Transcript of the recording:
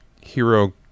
hero